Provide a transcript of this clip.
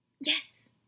Yes